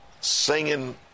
singing